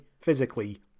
physically